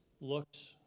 looks